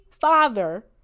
father